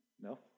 No